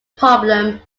problem